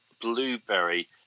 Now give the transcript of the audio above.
blueberry